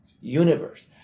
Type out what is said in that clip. universe